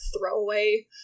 throwaway